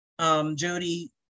Jody